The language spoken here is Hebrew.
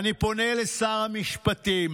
ואני פונה לשר המשפטים,